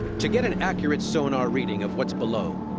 to get an accurate sonar reading of what's below,